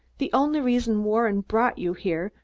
the only reason warren brought you here,